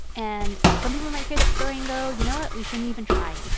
and some people might hear that story and go, you know what? we shouldn't even try.